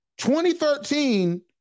2013